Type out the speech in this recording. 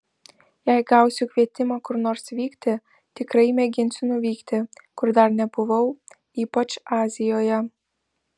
jei gausiu kvietimą kur nors vykti tikrai mėginsiu nuvykti kur dar nebuvau ypač azijoje